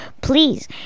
please